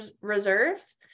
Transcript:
reserves